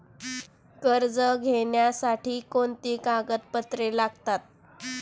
कर्ज घेण्यासाठी कोणती कागदपत्रे लागतात?